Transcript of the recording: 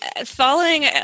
Following